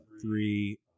three